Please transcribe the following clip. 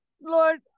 Lord